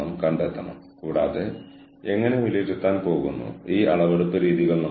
എവിടെ ചെയ്യണം ഞാൻ എവിടെ വര വരയ്ക്കണം